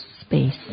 space